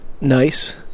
nice